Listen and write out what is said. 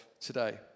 today